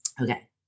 Okay